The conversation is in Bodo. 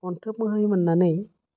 अनथोब महरै मोननानै